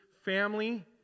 Family